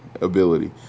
ability